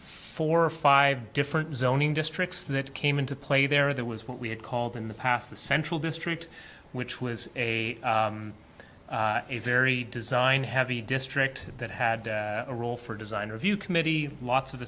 four or five different zoning districts that came into play there that was what we had called in the past the central district which was a a very design heavy district that had a role for design or view committee lots of